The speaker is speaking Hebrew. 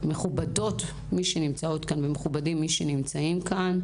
מכובדות ומכובדים מי שנמצא כאן.